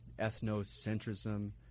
ethnocentrism